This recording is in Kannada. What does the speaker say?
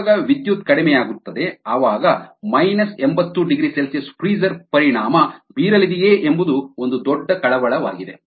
ಯಾವಾಗ ವಿದ್ಯುತ್ ಕಡಿಮೆಯಾಗುತ್ತದೆ ಆವಾಗ 800C ಫ್ರೀಜರ್ ಪರಿಣಾಮ ಬೀರಲಿದೆಯೇ ಎಂಬುದು ಒಂದು ದೊಡ್ಡ ಕಳವಳವಾಗಿದೆ